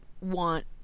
want